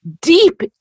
deep